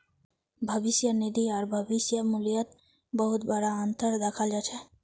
भविष्य निधि आर भविष्य मूल्यत बहुत बडा अनतर दखाल जा छ